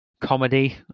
comedy